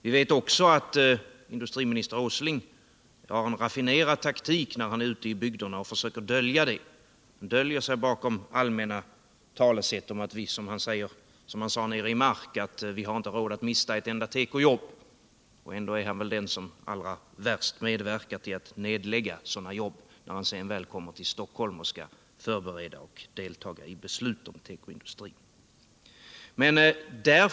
Vi vet också att industriminister Åsling har en raffinerad teknik när han är ute i bygderna och försöker dölja detta. Han döljer sig — liksom han gjorde nere i Mark - bakom allmänna talesätt om att vi inte har råd att mista ett enda tekojobb, men ändå är han väl den som allra mest medverkar till att nedlägga sådana jobb, när han väl kommer till Stockholm och skall förbereda och delta i beslut om tekoindustrin.